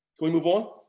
we move on?